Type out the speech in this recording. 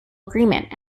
agreement